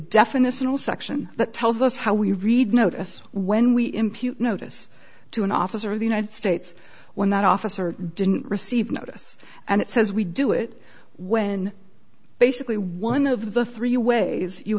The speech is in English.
definitional section that tells us how we read notice when we impute notice to an officer of the united states when that officer didn't receive notice and it says we do it when basically one of the three ways you